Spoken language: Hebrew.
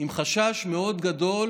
עם חשש מאוד גדול